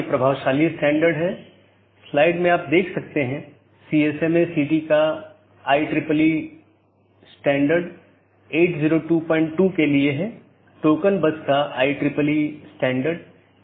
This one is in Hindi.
अंत में ऐसा करने के लिए आप देखते हैं कि यह केवल बाहरी नहीं है तो यह एक बार जब यह प्रवेश करता है तो यह नेटवर्क के साथ घूमता है और कुछ अन्य राउटरों पर जाता है